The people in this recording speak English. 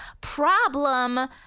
problem